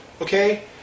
Okay